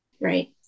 right